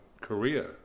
Korea